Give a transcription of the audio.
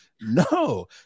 No